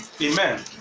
Amen